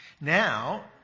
Now